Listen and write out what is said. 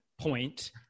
point